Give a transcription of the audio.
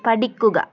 പഠിക്കുക